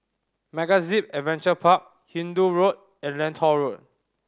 MegaZip Adventure Park Hindoo Road and Lentor Road